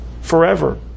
forever